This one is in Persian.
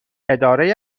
اداره